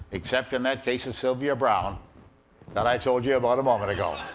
except in that case of sylvia browne that i told you about a moment ago.